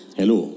hello